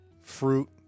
fruit